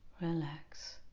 relax